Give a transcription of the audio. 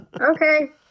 Okay